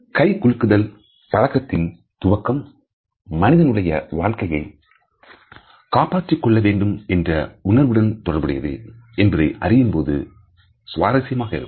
கை குலுக்குதல் பழக்கத்தின் துவக்கம் மனிதனுடைய வாழ்க்கையை காப்பாற்றிக் கொள்ள வேண்டும் என்ற உணர்வுடன் தொடர்புடையது என்பதை அறியும்போது சுவாரசியமாக இருக்கும்